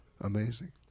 Amazing